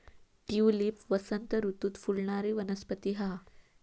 tulip वसंत ऋतूत फुलणारी वनस्पती हा